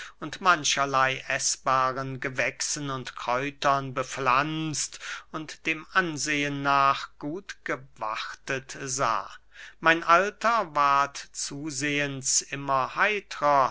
mancherley eßbaren gewächsen und kräutern bepflanzt und dem ansehen nach gut gewartet sah mein alter ward zusehends immer